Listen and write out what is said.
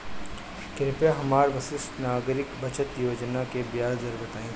कृपया हमरा वरिष्ठ नागरिक बचत योजना के ब्याज दर बताइं